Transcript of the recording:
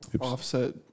Offset